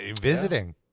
Visiting